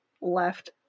left